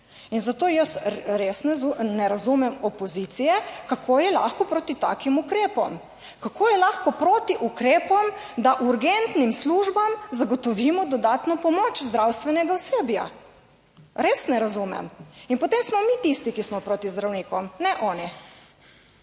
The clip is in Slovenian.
In zato jaz res ne razumem opozicije, kako je lahko proti takim ukrepom. **53. TRAK: (TB) - 13.30** (nadaljevanje Kako je lahko proti ukrepom, da urgentnim službam zagotovimo dodatno pomoč zdravstvenega osebja? Res ne razumem. In potem smo mi tisti, ki smo proti zdravnikom, ne oni.